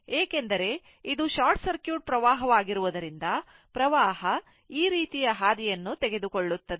ಏಕೆಂದರೆ ಇದು short circuit ಆಗಿರುವುದರಿಂದ ವಿದ್ಯುತ್ ಈ ರೀತಿಯಾಗಿ ಹರಿಯುತ್ತದೆ